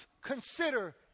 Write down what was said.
consider